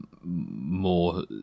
more